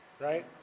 right